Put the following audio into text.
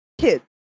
kids